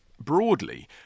broadly